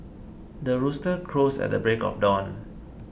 the rooster crows at the break of dawn